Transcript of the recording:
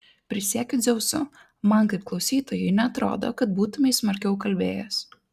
prisiekiu dzeusu man kaip klausytojui neatrodo kad būtumei smarkiau kalbėjęs